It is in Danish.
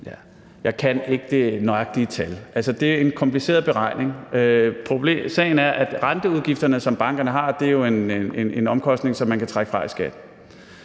Jeg kan ikke det nøjagtige tal. Det er jo en kompliceret beregning. Sagen er, at renteudgifterne, som bankerne har, jo er en omkostning, som man kan trække fra i skat,